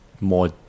more